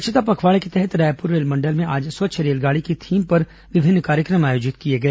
स्वच्छता पखवाड़े के तहत रायपुर रेलमंडल में आज स्वच्छ रेलगाड़ी की थीम पर विभिन्न कार्यक्रम आयोजित किए गए